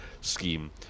scheme